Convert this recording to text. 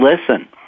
listen